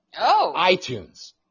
iTunes